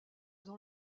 dans